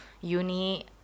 uni